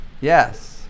Yes